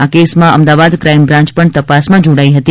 આ કેસમાં Ahmedabad crime branch પણ તપાસમાં જોડાઇ હતી